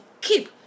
keep